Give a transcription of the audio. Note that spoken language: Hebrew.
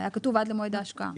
היה כתוב עד למועד ההשקעה.